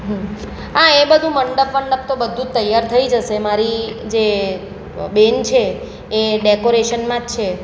હં આ એ બધું મંડપ વંડપ તો બધું તૈયાર થઈ જશે મારી જે બેન છે એ ડેકોરેશનમાં જ છે